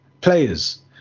players